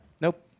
Nope